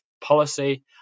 policy